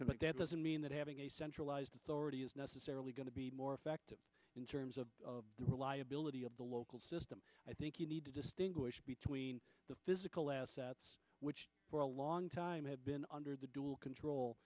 but that doesn't mean that having a centralized authority is necessarily going to be more effective in terms of the reliability of the local system i think you need to distinguish between the physical assets which for a long longtime have been under the dual control